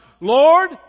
Lord